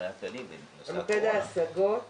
מוקד ההשגות